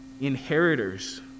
Inheritors